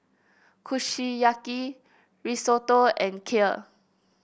Kushiyaki Risotto and Kheer